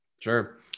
sure